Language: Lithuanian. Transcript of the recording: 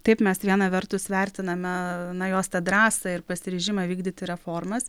taip mes viena vertus vertiname na jos tą drąsą ir pasiryžimą vykdyti reformas